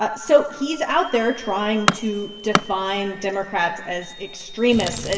ah so he's out there trying to define democrats as extremists,